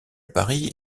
paris